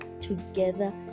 together